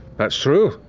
that's true.